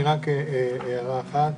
הערה אחת,